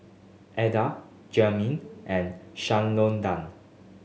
Adda Jamey and Shalonda